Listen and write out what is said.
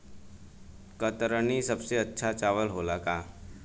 कतरनी सबसे अच्छा चावल होला का?